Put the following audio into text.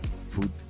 food